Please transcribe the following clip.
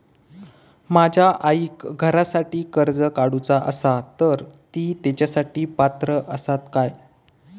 माझ्या आईक घरासाठी कर्ज काढूचा असा तर ती तेच्यासाठी पात्र असात काय?